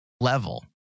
level